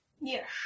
Yes